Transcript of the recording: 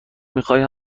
میخای